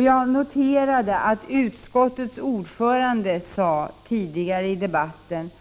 Jag noterade att utskottets ordförande tidigare i debatten sade att